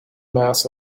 mass